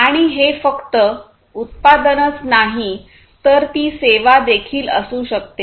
आणि हे फक्त उत्पादनच नाही तर ती सेवा देखील असू शकते